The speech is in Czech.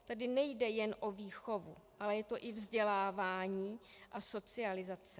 Tady nejde jen o výchovu, ale je to i vzdělávání a socializace.